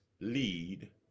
lead